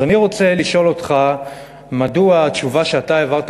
אז אני רוצה לשאול אותך מדוע התשובה שאתה העברת